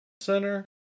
center